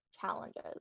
challenges